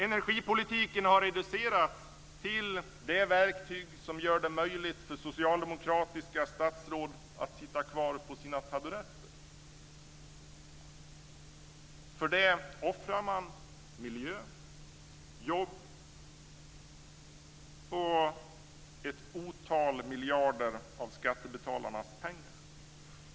Energipolitiken har reducerats till det verktyg som gör det möjligt för socialdemokratiska statsråd att sitta kvar på sina taburetter. För det offrar man miljö, jobb och ett otal miljarder av skattebetalarnas pengar.